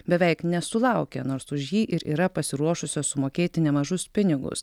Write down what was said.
beveik nesulaukia nors už jį ir yra pasiruošusios sumokėti nemažus pinigus